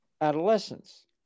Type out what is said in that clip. adolescence